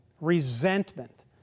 resentment